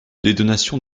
détonations